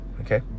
Okay